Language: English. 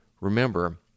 Remember